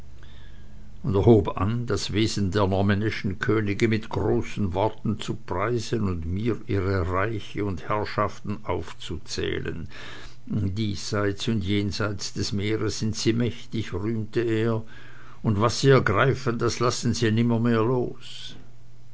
und er hob an das wesen der normännischen könige mit großen worten zu preisen und mir ihre reiche und herrschaften aufzuzählen diesseits und jenseits des meeres sind sie mächtig rühmte er und was sie ergreifen das lassen sie nimmermehr los